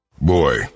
Boy